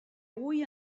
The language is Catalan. hui